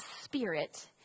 spirit